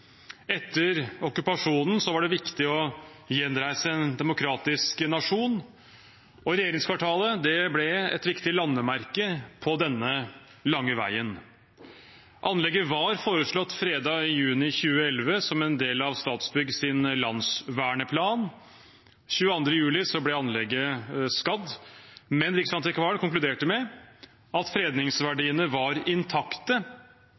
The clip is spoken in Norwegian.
Etter okkupasjonen var det viktig å gjenreise en demokratisk nasjon, og regjeringskvartalet ble et viktig landemerke på denne lange veien. Anlegget var foreslått fredet i juni 2011, som en del av Statsbyggs landsverneplan. Den 22. juli ble anlegget skadd, men Riksantikvaren konkluderte med at fredningsverdiene var intakte,